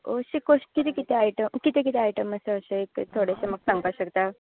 हरशीं कशे कितें कितें आयटम कितें कितें आयटम आसा एक थोडेशे अशें म्हाका सांगपाक शकता